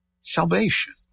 salvation